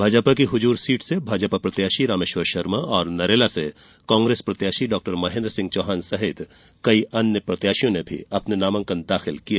भोपाल की हजुर सीट से भाजपा प्रत्याशी रामेश्वर शर्मा और नरेला से कांग्रेस प्रत्याशी डाक्टर महेन्द्र सिंह चौहान सहित कई प्रत्याशियों ने अपने नामांकन पत्र भरे